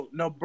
no